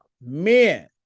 men